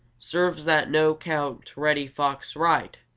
serves that no count reddy fox right,